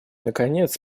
наконец